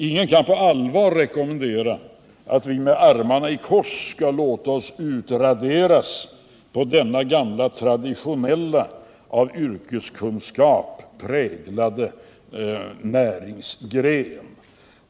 Ingen kan på allvar rekommendera att vi med armarna i kors skall låta oss utraderas inom denna gamla, traditionella, av yrkeskunskap präglade näringsgren.